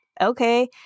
okay